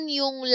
yung